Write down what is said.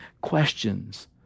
questions